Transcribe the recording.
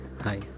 Hi